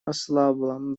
ослабла